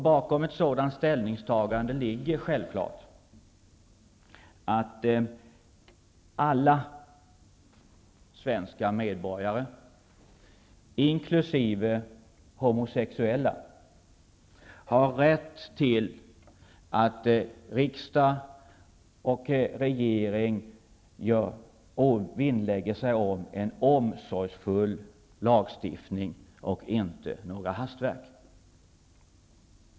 Bakom ett sådant ställningtagande ligger självfallet att alla svenska medborgare, inkl. homosexuella, har rätt att kräva att riksdag och regering vinnlägger sig om ett omsorgsfullt lagstiftningsarbete och inte något hastverk.